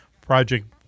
Project